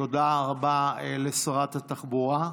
תודה רבה לשרת התחבורה.